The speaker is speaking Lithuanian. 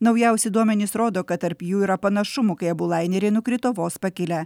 naujausi duomenys rodo kad tarp jų yra panašumų kai abu laineriai nukrito vos pakilę